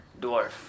dwarf